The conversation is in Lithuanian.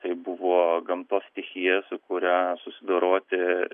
tai buvo gamtos stichija su kuria susidoroti